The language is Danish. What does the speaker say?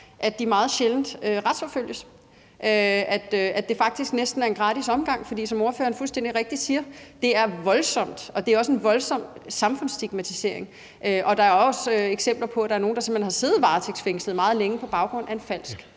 meget sjældent retsforfølges, og at det faktisk næsten er en gratis omgang. Som ordføreren fuldstændig rigtigt siger, er det voldsomt, og det er også en voldsom samfundsstigmatisering, og der er også eksempler på, at der er nogle, der har siddet varetægtsfængslet meget længe på baggrund af en falsk